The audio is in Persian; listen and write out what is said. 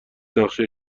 نقشه